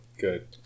Good